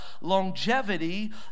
longevity